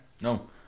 No